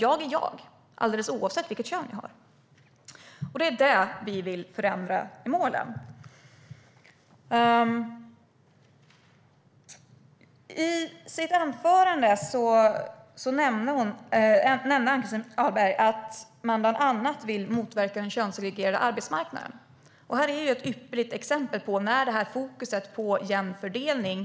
Jag är jag, alldeles oavsett vilket kön jag har. Det är med anknytning till detta vi vill förändra målen. I sitt huvudanförande nämnde Ann-Christin Ahlberg att man bland annat vill motverka den könssegregerade arbetsmarknaden. Här är ett ypperligt exempel på hur det blir när man har fokus på jämn fördelning.